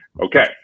Okay